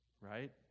right